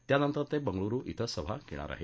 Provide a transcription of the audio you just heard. त्यानंतर ते बंगळुरु श्रे सभा घेणार आहेत